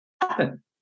happen